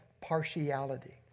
partiality